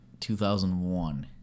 2001